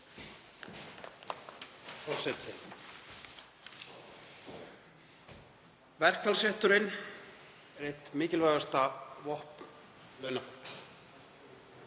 Verkfallsrétturinn er eitt mikilvægasta vopn launafólks.